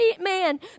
man